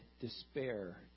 despair